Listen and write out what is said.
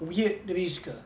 weird risks ah